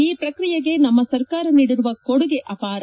ಈ ಪ್ರಕ್ರಿಯೆಗೆ ನಮ್ಮ ಸರ್ಕಾರ ನೀಡಿರುವ ಕೊಡುಗೆ ಅಪಾರ